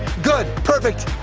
good, perfect,